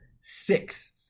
six